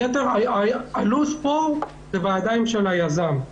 הלו"ז פה הוא בידיים של היזם.